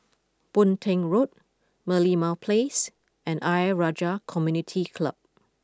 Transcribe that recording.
Boon Teck Road Merlimau Place and Ayer Rajah Community Club